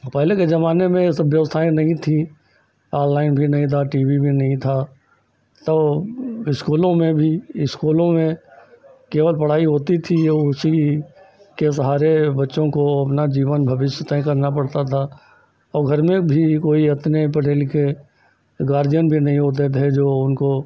और पहले के ज़माने में यह सब व्यवस्थाएँ नहीं थीं ऑनलाइन भी नहीं था टी वी भी नहीं था तो स्कूलों में भी स्कूलों में केवल पढ़ाई होती थी और उसी के सहारे बच्चों को अपना जीवन भविष्य तय करना पड़ता था और घर में भी कोई इतने पढे़ लिखे गार्ज़ियन भी नहीं होते थे जो उनको